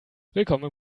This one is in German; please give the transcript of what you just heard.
willkommen